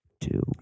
two